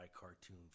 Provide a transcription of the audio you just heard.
cartoon